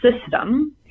system